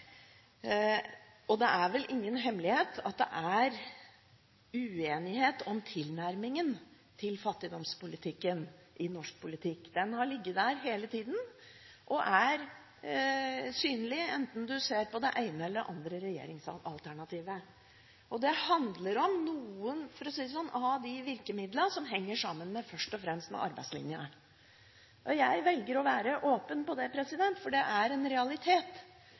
og partiet hans har for folk som er vanskeligstilte. Det er vel ingen hemmelighet at det er uenighet om tilnærmingen til fattigdomspolitikken i norsk politikk. Den har ligget der hele tida og er synlig enten du ser på det ene eller det andre regjeringsalternativet. Det handler om noen av de virkemidlene som først og fremst henger sammen med arbeidslinja. Jeg velger å være åpen om det, for det er en realitet